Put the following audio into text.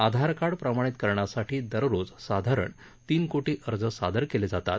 आधारकार्ड प्रमाणित करण्यासाठी दररोज साधारण तीन कोटी अर्ज सादर केले जातात